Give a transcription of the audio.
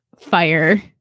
fire